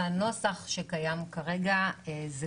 מחקרים שעוסקים בחומרים יותר מסוכנים מקנאביס.